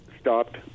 stopped